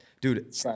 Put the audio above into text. Dude